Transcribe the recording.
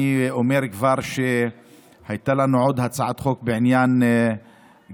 אני אומר כבר שהייתה לנו עוד הצעת חוק גם בעניין הפחתת